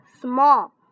small